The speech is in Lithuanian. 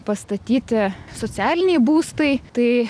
pastatyti socialiniai būstai tai